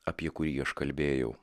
apie kurį aš kalbėjau